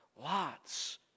lots